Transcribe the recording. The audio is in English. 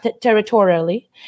territorially